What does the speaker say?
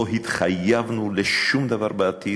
לא התחייבנו לשום דבר בעתיד,